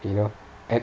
you know and